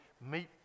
meet